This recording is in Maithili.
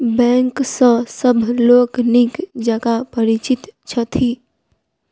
बैंक सॅ सभ लोक नीक जकाँ परिचित छथि